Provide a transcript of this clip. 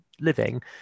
living